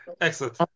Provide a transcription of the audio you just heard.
Excellent